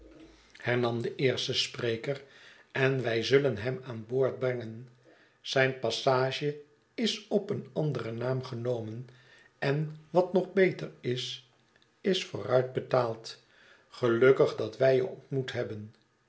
hernam de eerste spreker en wij zullen hem aan boord brengen zijn passage is op een anderen naam genomen en wat nog beter is is voor uit betaald gelukkig dat wij je ontmoet hebben